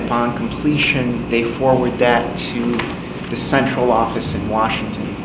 upon completion they forward that to the central office in washington